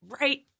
right